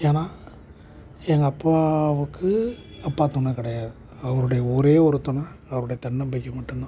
ஏன்னால் எங்கள் அப்பாவுக்கு அப்பா துணை கிடையாது அவருடைய ஒரே ஒரு துணை அவருடைய தன்னம்பிக்கை மட்டும்தான்